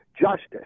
justice